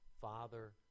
Father